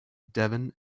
devon